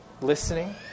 listening